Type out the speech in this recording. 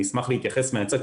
אני אשמח להתייחס מהצד,